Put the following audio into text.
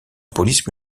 police